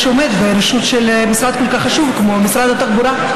שעומד בראשות של משרד כל כך חשוב כמו משרד התחבורה,